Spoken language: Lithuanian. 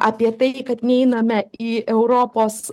apie tai kad neiname į europos